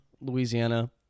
Louisiana